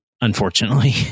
Unfortunately